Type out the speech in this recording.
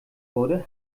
wurde